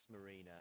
Marina